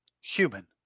human